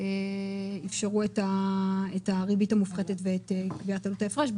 אפשרו את הריבית המופחתת ואת קביעת עלות ההפרש,